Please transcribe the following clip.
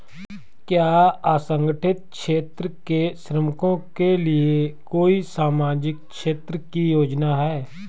क्या असंगठित क्षेत्र के श्रमिकों के लिए कोई सामाजिक क्षेत्र की योजना है?